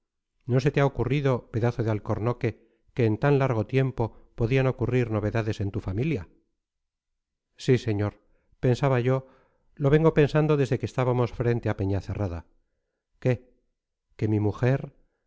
no se te ha ocurrido pedazo de alcornoque que en tan largo tiempo podían ocurrir novedades en tu familia sí señor pensaba yo lo vengo pensando desde que estábamos frente a peñacerrada qué que mi mujer